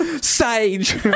Sage